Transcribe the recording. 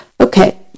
Okay